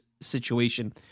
situation